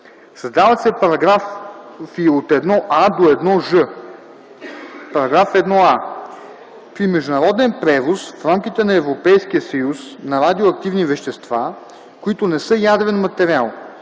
Създават се § 1а – 1 ж: „§ 1а. При международен превоз в рамките на Европейския съюз на радиоактивни вещества, които не са ядрен материал